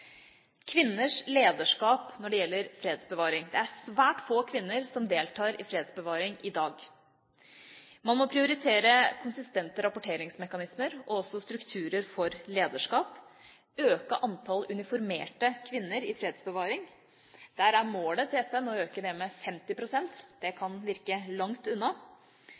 kvinners lederskap når det gjelder fredsbevaring. Det er svært få kvinner som deltar i fredsbevaring i dag. Man må prioritere konsistente rapporteringsmekanismer og også strukturer for lederskap og øke antall uniformerte kvinner i fredsbevaring. Målet til FN er å øke det med 50 pst. Det kan virke langt unna.